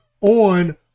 on